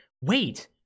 wait